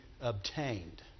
obtained